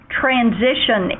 transition